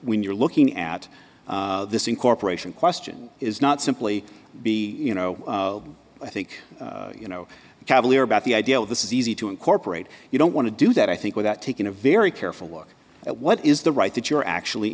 when you're looking at this incorporation question is not simply be you know i think you know cavalier about the idea of this is easy to incorporate you don't want to do that i think without taking a very careful look at what is the right that you're actually